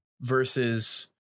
versus